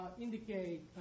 indicate